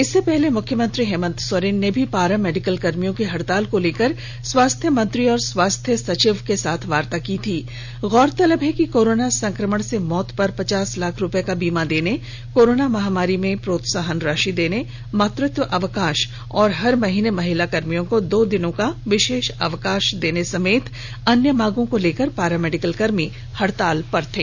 इससे पहले मुख्यमंत्री हेमन्त सोरेन ने भी पारा मेडिकल कर्मियों की हड़ताल को लेकर स्वास्थ्य मंत्री और स्वास्थ्य सचिव के साथ वार्ता की थी गौरतलब है कि कोरोना संक्रमण से मौत पर पचास लाख रुपए का बीमा देने कोरोना महामारी में प्रोत्साहन राशि देने मातृत्व अवकाश और हर महीने महिला कर्मियों को दो दिनों का विशेष अवकाश देने समेत अन्य मांगों को लेकर पारा मेडिकल कर्मी हड़ताल पर चले गए थे